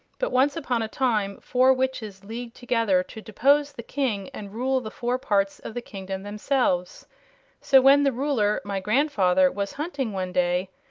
but once upon a time four witches leagued together to depose the king and rule the four parts of the kingdom themselves so when the ruler, my grandfather, was hunting one day,